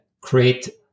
create